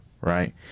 right